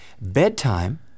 Bedtime